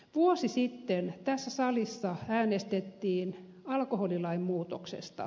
vuosi sitten tässä salissa äänestettiin alkoholilain muutoksesta